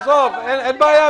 אין בעיה.